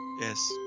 Yes